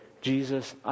Jesus